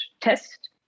test